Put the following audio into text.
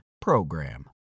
PROGRAM